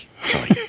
Sorry